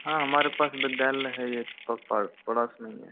हाँ हमारे पास विद्यालय है एक पड़ोस में ही है